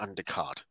undercard